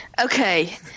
Okay